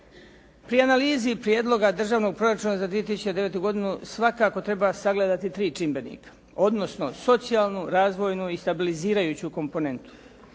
Pri analizi Prijedloga državnog proračuna za 2009. godinu svakako treba sagledati 3 čimbenika, odnosno socijalnu, razvojnu i stabilizirajuću komponentu.